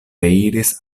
reiris